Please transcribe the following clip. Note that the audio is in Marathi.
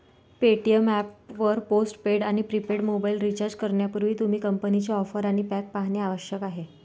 पेटीएम ऍप वर पोस्ट पेड आणि प्रीपेड मोबाइल रिचार्ज करण्यापूर्वी, तुम्ही कंपनीच्या ऑफर आणि पॅक पाहणे आवश्यक आहे